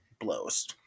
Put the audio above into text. blows